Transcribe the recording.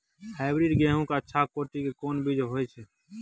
Hybrid गेहूं के अच्छा कोटि के कोन बीज होय छै?